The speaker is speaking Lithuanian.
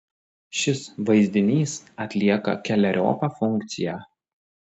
šis vaizdinys atlieka keleriopą funkciją